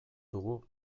dugu